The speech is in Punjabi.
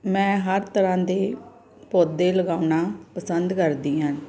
ਮੈਂ ਹਰ ਤਰ੍ਹਾਂ ਦੇ ਪੌਦੇ ਲਗਾਉਣਾ ਪਸੰਦ ਕਰਦੀ ਹਾਂ